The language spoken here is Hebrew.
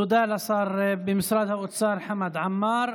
תודה לשר במשרד האוצר חמד עמאר.